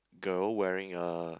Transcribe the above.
girl wearing a